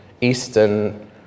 eastern